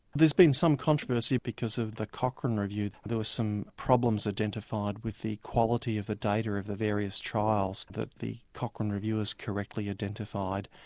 there's been some controversy because of the cochrane review. there were some problems identified with the quality of the data of the various trials that the cochrane review has correctly identified.